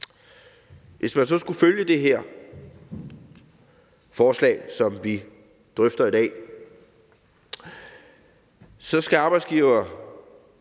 Hvis man skal følge det her forslag, som vi drøfter i dag, så skal arbejdsgiverne